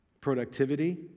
productivity